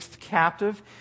captive